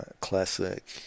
classic